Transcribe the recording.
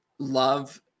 love